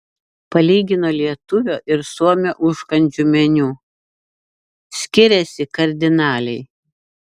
palygino lietuvio ir suomio užkandžių meniu skiriasi kardinaliai